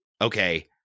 okay